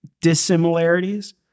dissimilarities